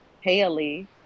Haley